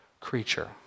Creature